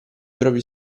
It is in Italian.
propri